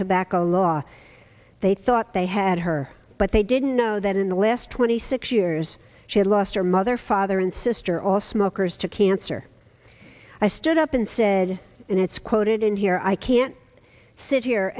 tobacco law they thought they had her but they didn't know that in the last twenty six years she lost her mother father and sister all smokers to cancer i stood up and said and it's quoted in here i can't sit here